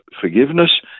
forgiveness